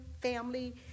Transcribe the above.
family